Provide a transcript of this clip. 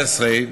2019,